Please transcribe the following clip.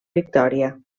victòria